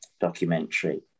documentary